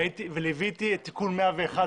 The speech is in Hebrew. וליוויתי את תיקון 101,